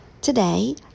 today